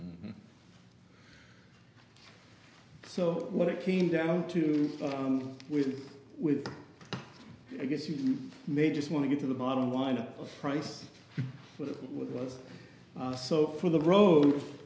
scheme so what it came down to do with with i guess you may just want to get to the bottom line of price but it was so for the road